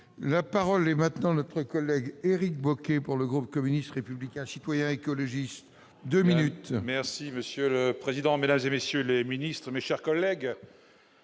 La parole est maintenant le pré-collègue Éric Bocquet pour le groupe communiste, républicain, citoyen écologistes 2 minutes. Merci monsieur le président, Mesdames et messieurs les ministres, mes chers collègues